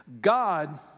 God